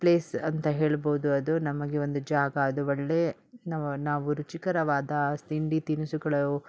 place ಅಂತ ಹೇಳಬೋದು ಅದು ನಮಗೆ ಒಂದು ಜಾಗ ಅದು ಒಳ್ಳೇ ನಾವು ನಾವು ರುಚಿಕರವಾದ ತಿಂಡಿ ತಿನಿಸುಗಳು